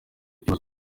ikibazo